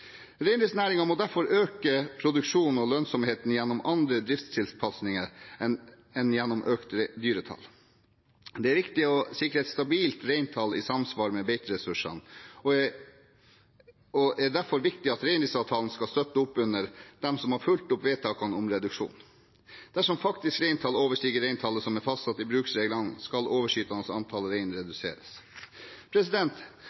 Reindriftsnæringen må derfor øke produksjonen og lønnsomheten gjennom andre driftstilpasninger enn gjennom økt dyretall. Det er viktig å sikre et stabilt reintall i samsvar med beiteressursene, og det er derfor viktig at reindriftsavtalen skal støtte opp under dem som har fulgt opp vedtakene om reduksjon. Dersom faktisk reintall overstiger reintallet som er fastsatt i bruksreglene, skal